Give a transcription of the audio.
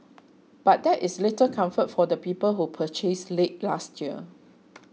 but that is little comfort for the people who purchased late last year